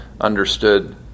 understood